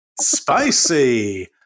Spicy